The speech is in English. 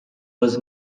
was